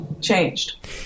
changed